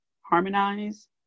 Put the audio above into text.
harmonize